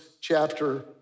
chapter